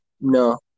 No